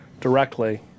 directly